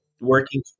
working